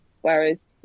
whereas